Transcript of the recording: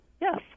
Yes